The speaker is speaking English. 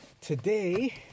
Today